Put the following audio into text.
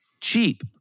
cheap